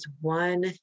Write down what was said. one